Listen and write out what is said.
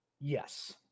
Yes